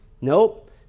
Nope